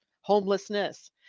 homelessness